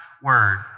word